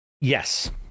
Yes